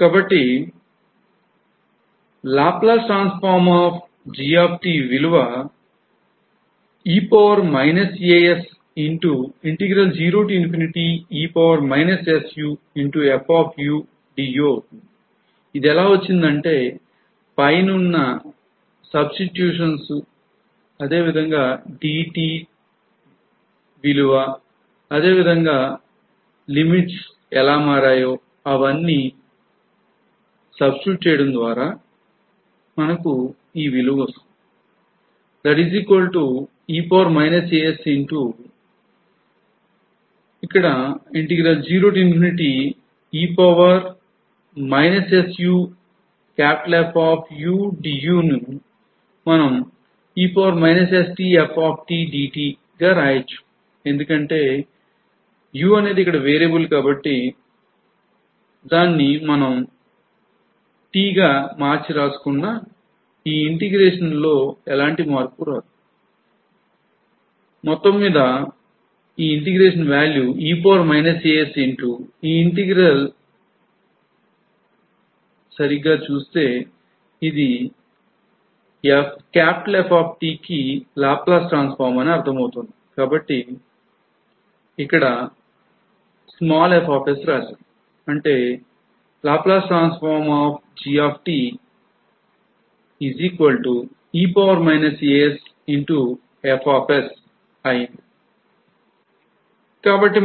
కాబట్టి కాబట్టి